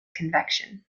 convection